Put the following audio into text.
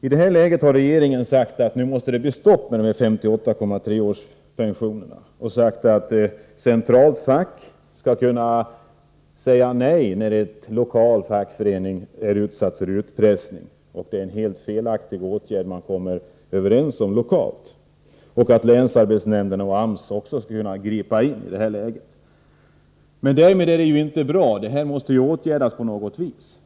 I detta läge har regeringen sagt att det måste bli stopp på 58,3 årspensionerna. Ett centralt fack skall säga nej när en lokal fackförening är utsatt för utpressning och man lokalt kommer överens om en helt felaktig åtgärd. Länsarbetsnämnden och AMS skall också kunna gripa in i detta läge. Det inte bra ställt härvidlag. Detta fenomen måste åtgärdas på något vis.